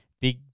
big –